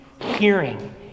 hearing